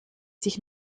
sich